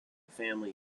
family